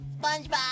SpongeBob